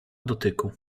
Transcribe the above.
dotyku